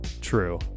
true